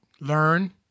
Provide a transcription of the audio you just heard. learn